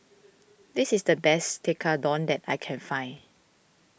this is the best Tekkadon that I can find